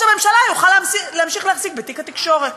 הממשלה יוכל להמשיך להחזיק בתיק התקשורת.